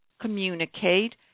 Communicate